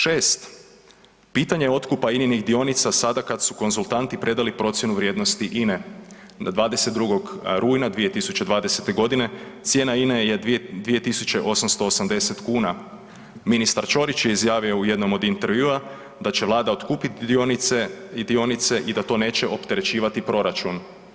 Šest, pitanje otkupa ININIH dionica sada kad su konzultanti predali procjenu vrijednosti INE da 22. rujna 2020. godine cijena INE je 2.880 kuna, ministar Ćorić je izjavio u jednom od intervjua da će Vlada otkupiti dionice i dionice i da to neće opterećivati proračun.